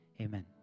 Amen